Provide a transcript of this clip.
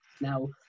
Now